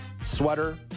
Sweater